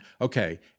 okay